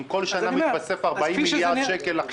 אם כל שנה מתווספים 40 מיליארד שקל לחוב,